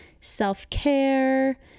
self-care